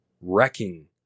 wrecking